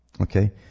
Okay